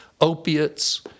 opiates